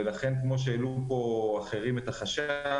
ולכן כמו שהעלו פה אחרים את החשש,